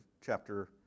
chapter